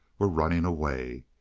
were running away.